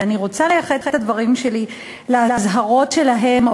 ואני רוצה לייחד את הדברים שלי לאזהרות שלהם,